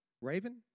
Raven